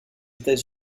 états